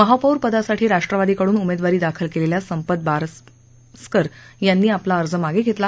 महापौर पदासाठी राष्ट्रवादीकडून उमेदवारी दाखल केलेल्या संपत बारस्कर यांनी आपला अर्ज मागे घेतला